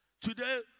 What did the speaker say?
Today